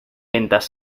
ventas